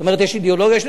את אומרת שיש אידיאולוגיה,